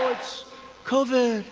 it's covid.